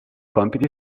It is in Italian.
compiti